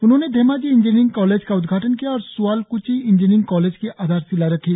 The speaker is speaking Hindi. उन्होंने धेमाजी इंजीनियंरिंग कॉलेज का उदघाटन किया और सुआलकृची इंजीनियरिंग कॉलेज की आधारशिला रखी